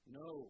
no